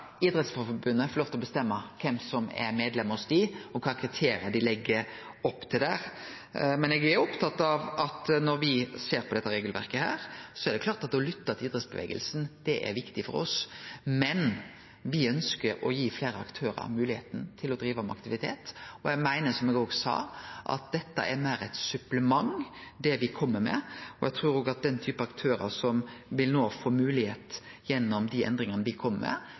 lov til å bestemme kven som er medlemer hos dei, og kva kriterium dei legg opp til der. Når me ser på dette regelverket, er det klart at det å lytte til idrettsbevegelsen er viktig for oss, men me ønskjer å gi fleire aktørar ei mogelegheit til å drive med aktivitet. Og eg meiner, som eg òg sa, at det me kjem med, er meir eit supplement, og eg trur òg at slike aktørar som no vil få mogelegheit gjennom dei endringane